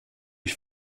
ich